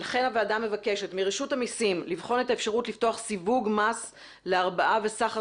הוועדה מבקשת מרשות המסים לפתוח סיווג מס להרבעה וסחר